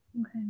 Okay